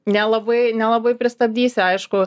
nelabai nelabai pristabdysi aišku